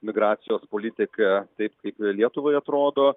migracijos politiką taip kaip lietuvai atrodo